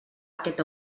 aquest